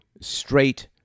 straight